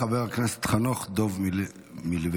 חבר הכנסת חנוך דב מלביצקי,